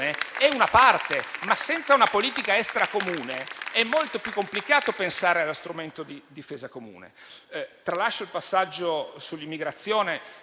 è una parte. Senza una politica estera comune è molto più complicato pensare allo strumento di difesa comune. Tralascio il passaggio sull'immigrazione.